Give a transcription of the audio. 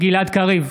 גלעד קריב,